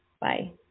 Bye